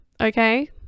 okay